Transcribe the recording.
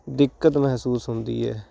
ਦਿੱਕਤ ਮਹਿਸੂਸ ਹੁੰਦੀ ਹੈ